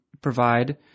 provide